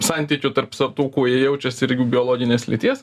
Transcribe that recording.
santykiu tarp sa tuo kuo jie jaučiasi ir jų biologinės lyties